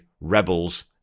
Rebels